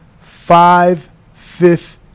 five-fifth